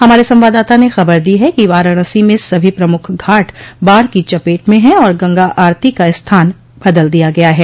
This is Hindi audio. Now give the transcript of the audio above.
हमारे संवाददाता ने खबर दी है कि वाराणसी में सभी प्रमुख घाट बाढ़ की चपेट में हैं और गंगा आरती का स्थान बदल दिया गया है